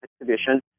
exhibition